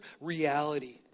reality